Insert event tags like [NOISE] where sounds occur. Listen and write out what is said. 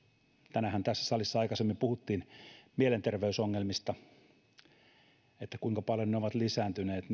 tänäänhän tässä salissa aikaisemmin puhuttiin mielenterveysongelmista siitä kuinka paljon ne ovat lisääntyneet [UNINTELLIGIBLE]